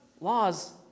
laws